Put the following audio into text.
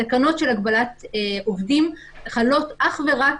התקנות של הגבלת עובדים חלות אך ורק